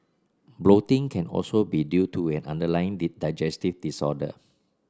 bloating can also be due to an underlying digestive disorder